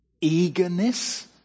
eagerness